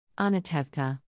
Anatevka